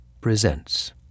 presents